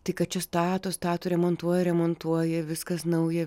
tai kad čia stato stato remontuoja remontuoja viskas nauja